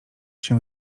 się